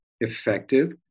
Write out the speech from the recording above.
effective